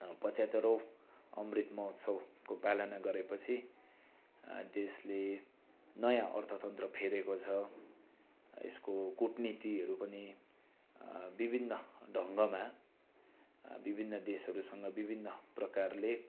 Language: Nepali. पच्यहत्तरौँ अमृत महोत्सवको पालना गरेपछि देशले नयाँ अर्थतन्त्र फेरेको छ यसको कुटनीतिहरू पनि विभिन्न ढङ्गमा विभिन्न देशहरूसँग विभिन्न प्रकारले